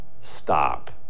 Stop